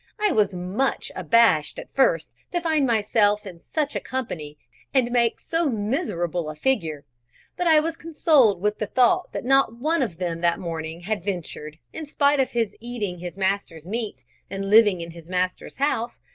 i was much abashed at first to find myself in such a company and make so miserable a figure but i was consoled with the thought that not one of them that morning had ventured, in spite of his eating his master's meat and living in his master's house,